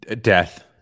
Death